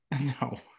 No